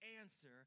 answer